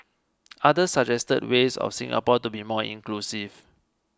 others suggested ways of Singapore to be more inclusive